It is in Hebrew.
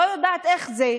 לא יודעת איך זה.